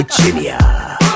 Virginia